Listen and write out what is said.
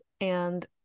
and-